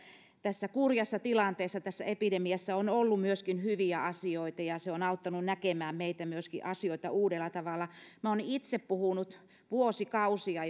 tässä kurjassa tilanteessa tässä epidemiassa on ollut myöskin hyviä asioita ja se on auttanut meitä näkemään asioita myöskin uudella tavalla minä olen itse puhunut vuosikausia